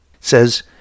Says